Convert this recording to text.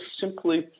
simply